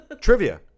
Trivia